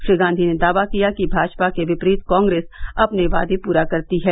श्री गांधी ने दावा किया कि भाजपा के विपरीत कांग्रेस अपने वादे पूरा करती है